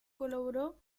colaboró